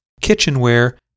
kitchenware